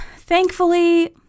thankfully